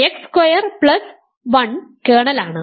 x square plus 1 കേർണലാണ്